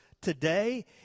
today